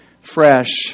fresh